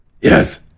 Yes